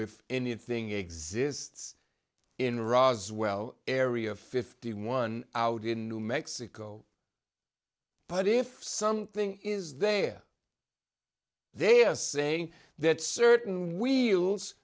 if anything exists in roswell area fifty one out in new mexico but if something is there they are saying that certain w